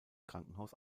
krankenhaus